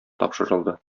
тапшырылды